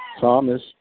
Thomas